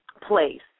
place